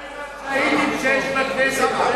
מה עם השהידים שיש בכנסת?